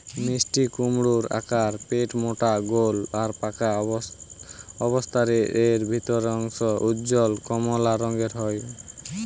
মিষ্টিকুমড়োর আকার পেটমোটা গোল আর পাকা অবস্থারে এর ভিতরের অংশ উজ্জ্বল কমলা রঙের হয়